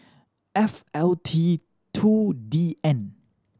F L T two D N